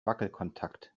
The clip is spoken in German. wackelkontakt